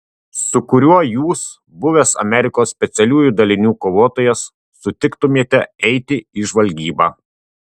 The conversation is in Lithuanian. su kuriuo jūs buvęs amerikos specialiųjų dalinių kovotojas sutiktumėte eiti į žvalgybą